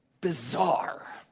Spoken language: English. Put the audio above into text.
bizarre